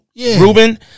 Ruben